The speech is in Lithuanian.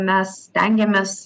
mes stengiamės